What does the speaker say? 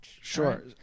Sure